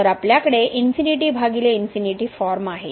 तर आपल्याकडे ∞∞ फॉर्म आहे